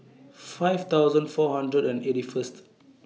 five thousand four hundred and eighty First